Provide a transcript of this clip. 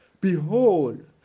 Behold